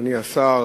אדוני השר,